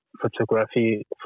photography